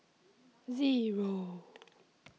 Zero